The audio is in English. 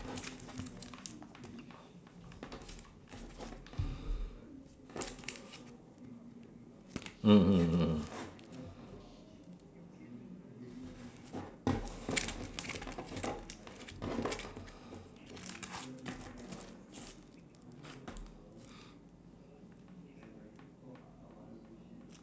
mmhmm